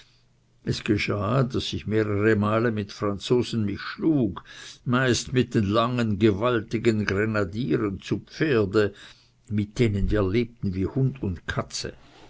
es geschah daß ich mehrere male mit franzosen mich schlug meist mit den langen gewaltigen grenadieren zu pferde mit denen wir lebten wie hund und katze